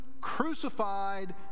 crucified